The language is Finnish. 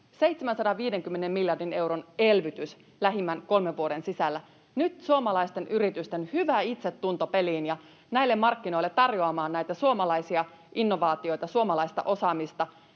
750 miljardin euron elvytys lähimmän kolmen vuoden sisällä — nyt suomalaisten yritysten hyvä itsetunto peliin ja näille markkinoille tarjoamaan suomalaisia innovaatioita ja suomalaista osaamista